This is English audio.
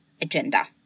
agenda